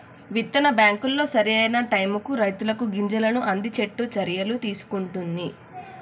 విత్తన బ్యాంకులు సరి అయిన టైముకు రైతులకు గింజలను అందిచేట్టు చర్యలు తీసుకుంటున్ది